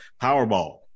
powerball